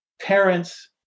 parents